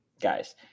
guys